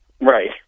Right